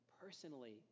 personally